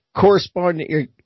corresponding